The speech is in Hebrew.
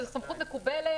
וזאת סמכות מקובלת,